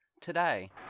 today